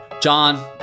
John